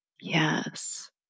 Yes